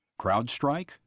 CrowdStrike